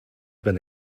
been